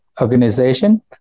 organization